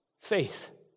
faith